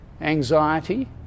anxiety